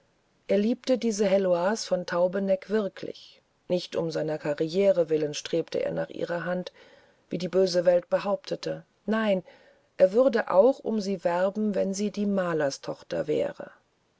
er liebte diese heloise von taubeneck wirklich nicht um seiner karriere willen strebte er nach ihrer hand wie die böse welt behauptete nein er würde auch um sie werben wenn sie die malerstochter wäre